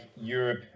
Europe